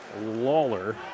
Lawler